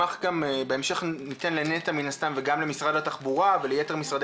בהמשך ניתן לנת"ע מן הסתם וגם למשרד התחבורה וליתר משרדי